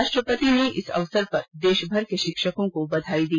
राष्ट्रपति ने इस अवसर पर देशभर के शिक्षकों को बधाई दी